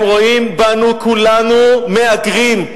הם רואים בנו כולנו מהגרים.